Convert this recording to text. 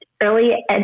early